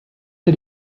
did